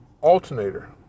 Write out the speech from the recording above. alternator